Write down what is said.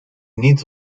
niet